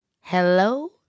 Hello